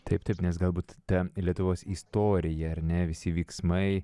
taip taip nes galbūt ten lietuvos istorija ar ne visi veiksmai